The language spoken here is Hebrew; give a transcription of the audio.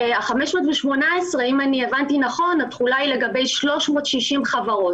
ה-518, אם הבנתי נכון, התחולה היא לגבי 360 חברות.